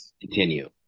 continue